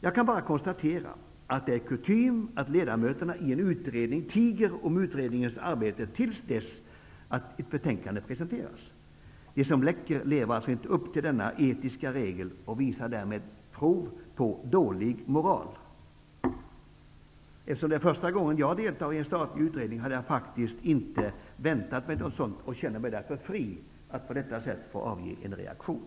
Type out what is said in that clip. Jag kan bara konstatera att det är kutym att ledamöterna i en utredning tiger om utredningens arbete till dess ett betänkande presenteras. De som läcker lever alltså inte upp till denna etiska regel och visar därmed prov på dålig moral. Eftersom det är första gången som jag deltar i en statlig utredning hade jag faktiskt inte väntat mig något sådant och känner mig därför fri att på detta sätt få avge en reaktion.